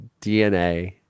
DNA